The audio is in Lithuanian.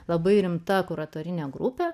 labai rimta kuratorinė grupė